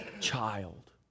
child